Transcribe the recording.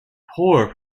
poor